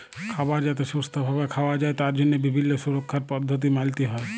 খাবার যাতে সুস্থ ভাবে খাওয়া যায় তার জন্হে বিভিল্য সুরক্ষার পদ্ধতি মালতে হ্যয়